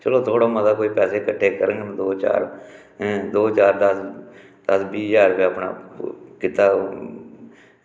चलो थोह्ड़ा मता कोई पैसे कट्ठे करङन कोई दो चार हैं दो चार दस दस बीह् ज्हार रपेआ अपना ओह् कीता